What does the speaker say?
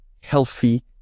healthy